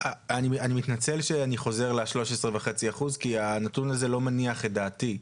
אני מתנצל שאני חוזר ל-13.5% כי הנתון הזה לא מניח את דעתי.